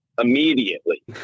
immediately